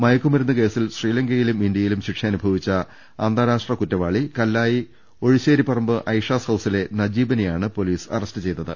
മയക്കുമരുന്ന് കേസിൽ ശ്രീലങ്കയിലും ഇന്തൃയിലും ശിക്ഷയനുഭ വിച്ച അന്താരാഷ്ട്ര കുറ്റവാളി കല്ലായി ഒഴിശേരിപ്പറമ്പ് അയിഷാസ് ഹൌസിലെ നജീബിനെയാണ് പൊലീസ് അറസ്റ്റുചെയ്തത്